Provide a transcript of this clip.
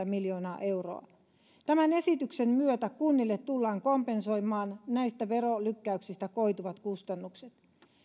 miljoonaa euroa tämän esityksen myötä kunnille tullaan kompensoimaan näistä verolykkäyksistä koituvat kustannukset